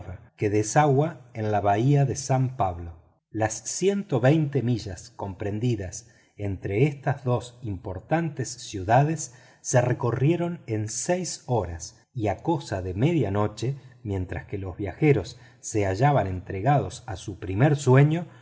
que desagua en la bahía de san pablo las ciento veinte millas comprendidas entre estas dos importantes ciudades se recorrieron en seis horas y a cosa de medianoche mientras que los viajeros se hallaban entregados a su primer sueño